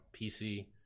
PC